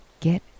get